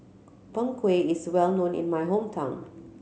Png Kueh is well known in my hometown